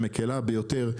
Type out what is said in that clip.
המקלה ביותר,